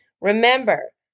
Remember